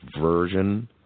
version